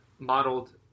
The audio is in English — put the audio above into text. Modeled